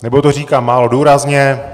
Nebo to říkám málo důrazně?